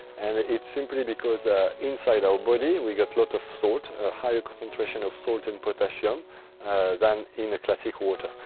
and it's simply because inside our body we got lot of salt a higher concentration of salt and potassium than in a classic water.